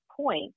point